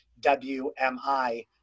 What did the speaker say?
WMI